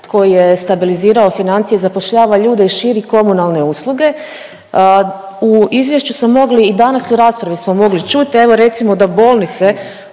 koji je stabilizirao financije zapošljava ljude i širi komunalne usluge, u izvješću smo mogli i danas u raspravi smo mogli